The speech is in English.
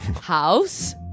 House